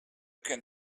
can